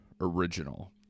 original